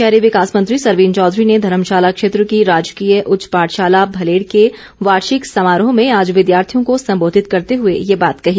शहरी विकास मंत्री सरवीण चौधरी ने धर्मशाला क्षेत्र की राजकीय उच्च पाठशाला भलेड़ के वार्षिक समारोह में आज विद्यार्थियों को सम्बोधित करते हए ये बात कही